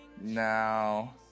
now